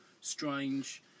strange